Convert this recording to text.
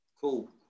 Cool